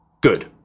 Good